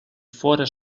fóra